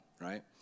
right